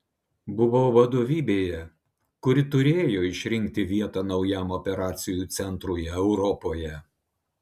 buvau vadovybėje kuri turėjo išrinkti vietą naujam operacijų centrui europoje